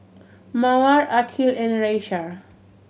Mawar Aqil and Raisya